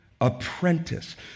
Apprentice